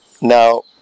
Now